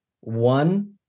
one